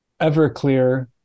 Everclear